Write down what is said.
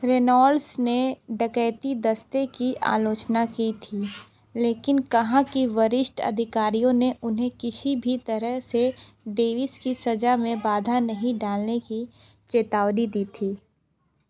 Reynolds ने डकैती दस्ते की आलोचना की थी लेकिन कहाँ कि वरिष्ठ अधिकारियों ने उन्हें किसी भी तरह से डेविस की सजा में बाधा नहीं डालने की चेतावनी दी थी